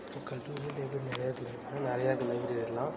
இப்போ கல்லூரியிலே லைப்ரரி நிறையா நிறையா இருக்குது லைப்ரரியெலாம்